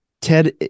Ted